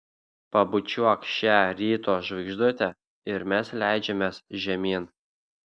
pabučiuok šią ryto žvaigždutę ir mes leidžiamės žemyn